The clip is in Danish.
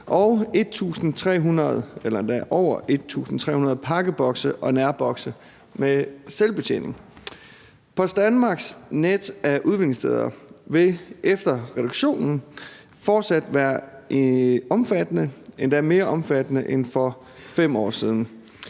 og over 1.300 pakkebokse og nærbokse med selvbetjening. Post Danmarks net af udleveringssteder vil efter reduktionen fortsat være omfattende, endda mere omfattende end for 5 år siden.